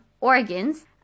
organs